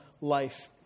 life